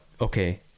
okay